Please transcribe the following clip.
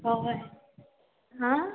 हय हां